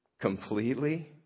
completely